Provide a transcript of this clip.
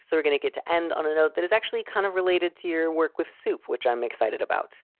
so we're gonna get to end on a note that is actually kind of related to your work with soup, which i'm excited about.